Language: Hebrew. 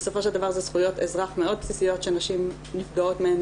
בסופו של דבר זה זכויות אזרח מאוד בסיסיות שנשים נפגעות מהן